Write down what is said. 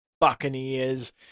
Buccaneers